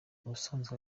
ubusanzwe